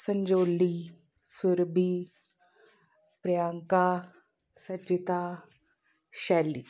ਸੰਜੋਲੀ ਸੁਰਬੀ ਪ੍ਰਿਯੰਕਾ ਸਚੀਤਾ ਸ਼ੈਲੀ